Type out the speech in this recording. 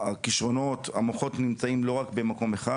הכישרונות, המוחות, נמצאים לא רק במקום אחד.